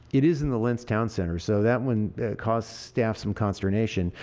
it is in the lents town center. so that one caused staff some consternation.